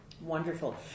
Wonderful